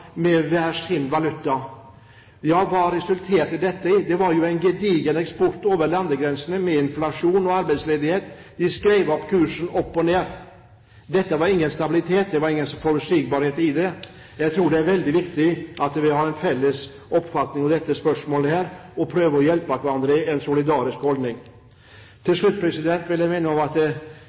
Det var jo en gedigen eksport over landegrensene med inflasjon og arbeidsledighet. De skrev kursen opp og ned. Det var ingen stabilitet, det var ingen forutsigbarhet i det. Jeg tror det er veldig viktig at vi har en felles oppfatning av dette spørsmålet og prøver å hjelpe hverandre i en solidarisk holdning. Til slutt vil jeg minne om at